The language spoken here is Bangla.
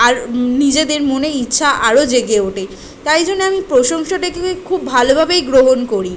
আর নিজেদের মনে ইচ্ছা আরও জেগে ওটে তাই জন্যে আমি প্রশংসাটাকে খুব ভালোভাবেই গ্রহণ করি